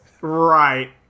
Right